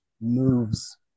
moves